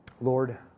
Lord